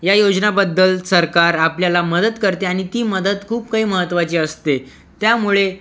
या योजनांबद्दल सरकार हा आपल्याला मदत करते आणि ती मदत खूप काही महत्त्वाची असते त्यामुळे